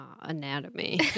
anatomy